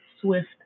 swift